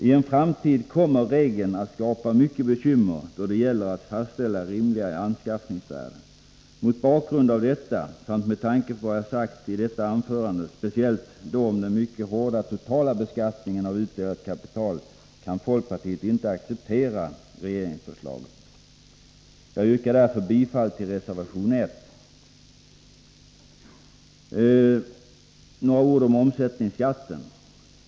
Ten framtid kommer den regeln att skapa mycket bekymmer då det gäller att fastställa rimliga anskaffningsvärden. Mot bakgrund av detta samt med tanke på vad jag har sagt i detta anförande — speciellt då om den mycket hårda totala beskattningen av utdelat kapital — kan folkpartiet inte acceptera regeringsförslaget. Jag yrkar därför bifall till reservation 1, Så några ord om omsättningsskatten på värdepapper.